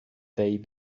they